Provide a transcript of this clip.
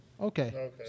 Okay